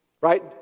right